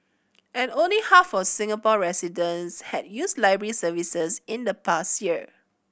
and only half of Singapore residents had used library services in the past year